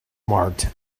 marked